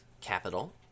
Capital